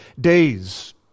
days